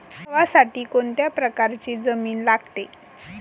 गव्हासाठी कोणत्या प्रकारची जमीन लागते?